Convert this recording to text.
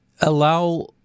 allow